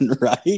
right